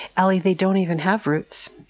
alie, they don't even have roots.